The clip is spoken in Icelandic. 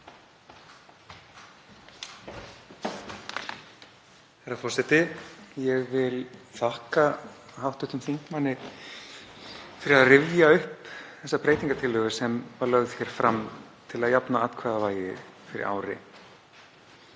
Herra forseti. Ég vil þakka hv. þingmanni fyrir að rifja upp þessa breytingartillögu sem var lögð fram til að jafna atkvæðavægi fyrir ári.